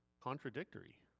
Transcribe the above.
contradictory